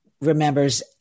remembers